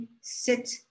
sit